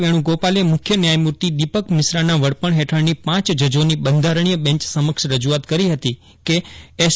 વેજ્નગોપાલે મુખ્ય ન્યાયમૂર્તિ દિપક મિશ્રાના વડપછ્ન હેઠળની પાંચ જજ્જોની બંધારજ્ઞીય બેન્ચ સમક્ષ રજુઆત કરી હતી કે એસ